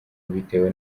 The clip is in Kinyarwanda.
bitewe